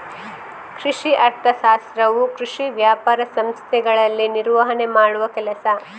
ಕೃಷಿ ಅರ್ಥಶಾಸ್ತ್ರವು ಕೃಷಿ ವ್ಯಾಪಾರ ಸಂಸ್ಥೆಗಳಲ್ಲಿ ನಿರ್ವಹಣೆ ಮಾಡುವ ಕೆಲಸ